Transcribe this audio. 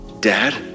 Dad